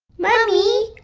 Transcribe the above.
mummy,